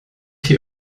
hier